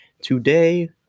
Today